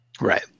Right